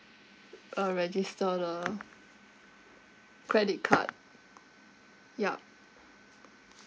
uh register the credit card yup